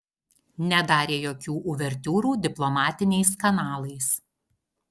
nedarė jokių uvertiūrų diplomatiniais kanalais